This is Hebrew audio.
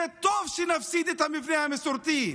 זה טוב שנפסיד את המבנה המסורתי,